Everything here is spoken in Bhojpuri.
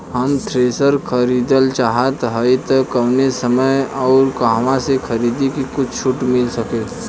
हम थ्रेसर खरीदल चाहत हइं त कवने समय अउर कहवा से खरीदी की कुछ छूट मिल सके?